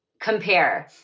compare